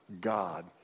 God